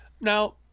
Now